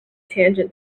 tangent